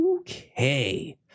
okay